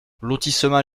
lotissement